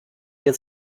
der